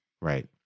Right